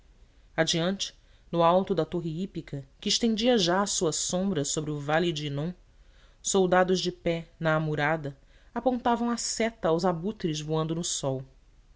adiante no alto da torre hípica que estendia já a sua sombra sobre o vale de hinom soldados de pé na amurada apontavam a seta aos abutres voando no azul